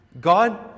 God